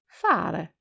fare